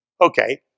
Okay